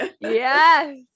Yes